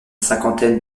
cinquantaine